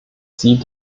sie